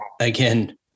again